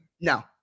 No